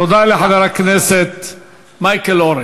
תודה לחבר הכנסת מייקל אורן.